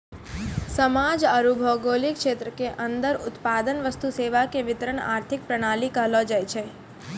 समाज आरू भौगोलिक क्षेत्र के अन्दर उत्पादन वस्तु सेवा के वितरण आर्थिक प्रणाली कहलो जायछै